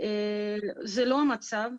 זה לא המצב.